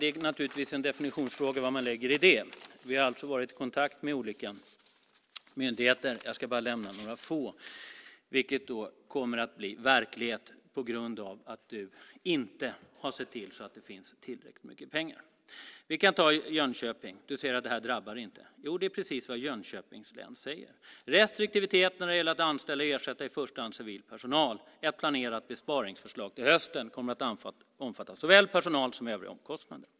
Det är naturligtvis en definitionsfråga. Vi har varit i kontakt med olika myndigheter. Jag ska bara nämna några få, vilket kommer att bli verklighet på grund av att du inte har sett till att det finns tillräckligt mycket pengar. Vi kan ta Jönköping. Du säger att det här inte drabbar dem. Jo, det är precis vad Jönköpings län säger. Restriktivitet när det gäller att anställa och ersätta i första hand civil personal är ett planerat besparingsförslag till hösten. Det kommer att omfatta såväl personal som övriga omkostnader.